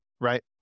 right